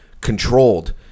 controlled